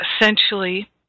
essentially